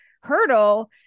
hurdle